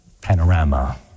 panorama